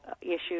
issues